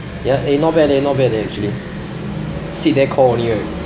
ya eh not bad leh not bad leh actually sit there call only right